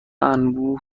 انبوه